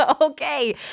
Okay